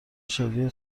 شادی